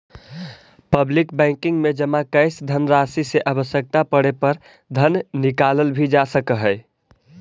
public banking में जमा कैल धनराशि से आवश्यकता पड़े पर धन निकालल भी जा सकऽ हइ